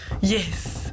Yes